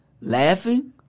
laughing